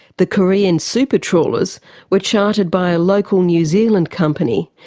the korean super trawlers were chartered by a local new zealand company,